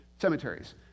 cemeteries